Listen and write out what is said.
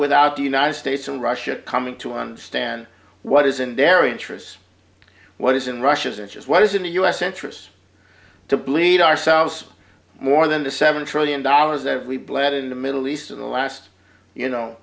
without the united states and russia coming to understand what is in their interests what is in russia's interest what is in the u s interests to bleed ourselves more than the seven trillion dollars that we bled in the middle east in the last you know